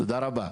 תודה רבה.